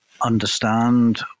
understand